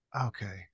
okay